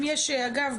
אם יש אגב,